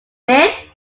bit